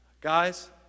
Guys